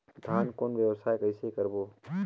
धान कौन व्यवसाय कइसे करबो?